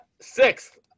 Sixth